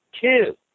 two